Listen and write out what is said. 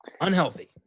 unhealthy